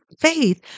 faith